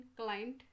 client